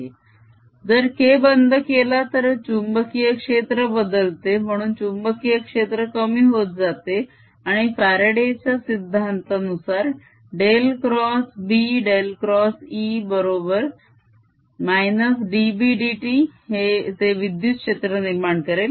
K≅K0e RLt जर K बंद केला तर चुंबकीय क्षेत्र बदलते आणि म्हणून चुंबकीय क्षेत्र कमी होत जाते आणि फ्यारडे च्या सिद्धांतानुसार Faraday's law del cross B del cross E बरोबर - dB dt ते विद्युत क्षेत्र निर्माण करेल